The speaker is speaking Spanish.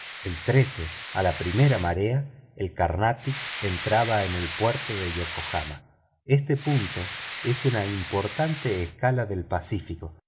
el a la primera marea el carnatic entraba en el puerto de yokohama este punto es una importante escala del pacífico